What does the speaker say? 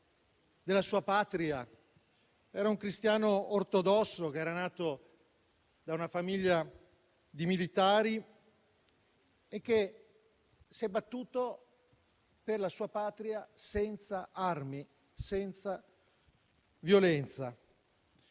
della sua patria. Era un cristiano ortodosso nato da una famiglia di militari che si è battuto per la sua patria senza armi, senza violenza.